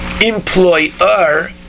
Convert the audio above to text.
Employer